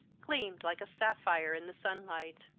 gleamed like a sapphire in the sunlight.